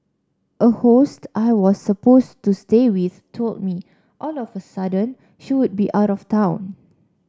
a host I was supposed to stay with told me all of a sudden she would be out of town